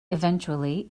eventually